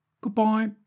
Goodbye